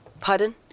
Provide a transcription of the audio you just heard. Pardon